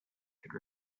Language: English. could